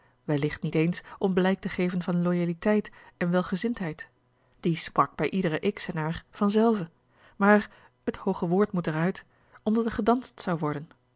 wellicht niet eens om blijk te geven van loyauteit en welgezindheid die sprak bij iederen xenaar vanzelve maar het hooge woord moet er uit omdat er gedanst zou worden